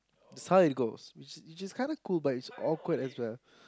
that's how it goes which is which is kinda cool but it's awkward as well